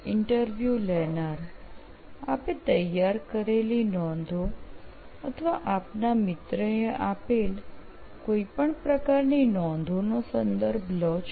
interview લેનાર આપે તૈયાર કરેલી નોંધો અથવા આપના મિત્રએ આપેલ કોઈ પણ પ્રકારની નોંધોનો સંદર્ભ લો છો